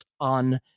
on